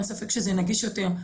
אין ספק שזה נגיש יותר,